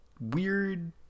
weird